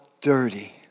dirty